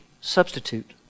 substitute